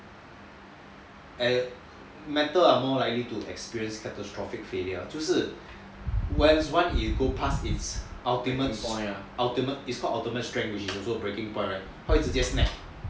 metal are more likely to experience catastrophic failure 就是 once it goes passed its ultimate strength which is also called breaking point right 他会直接 snap